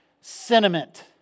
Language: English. sentiment